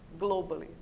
globally